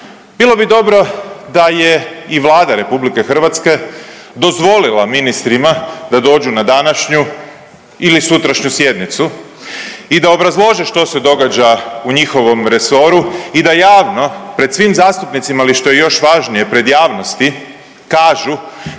bilo bi dobro da je i Vlada RH dozvolila ministrima da dođu na današnju ili sutrašnju sjednicu i da obrazlože što se događa u njihovom resoru i da javno pred svim zastupnicima, ali i što je još važnije pred javnosti kažu